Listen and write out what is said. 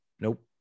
nope